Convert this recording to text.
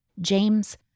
James